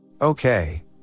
okay